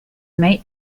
mate